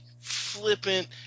flippant